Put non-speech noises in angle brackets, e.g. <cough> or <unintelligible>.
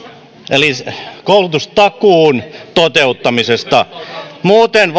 eli siis koulutustakuun toteuttamisessa muuten <unintelligible>